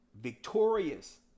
victorious